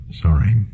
sorry